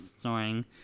snoring